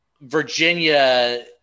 virginia